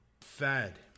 fad